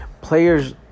players